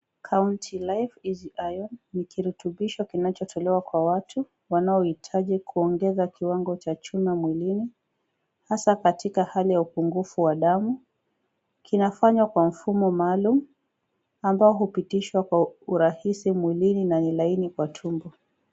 Country Life, EASY IRON, kirutubisho kinachotolewa kwa watu wanaohitaji kuongeza kiwango cha chuma mwilini, hasa katika hali ya upungufu wa damu. Kina fanya kwa mfumo maalum ambao hupitishwa kwa urahisi mwilini na ni laini kwa tumbo.